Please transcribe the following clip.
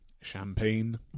champagne